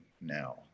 now